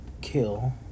Kill